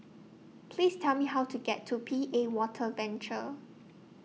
Please Tell Me How to get to P A Water Venture